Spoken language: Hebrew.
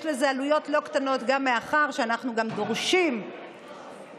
יש לזה עלויות לא קטנות גם מאחר שאנחנו דורשים לדאוג